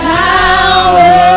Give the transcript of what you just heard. power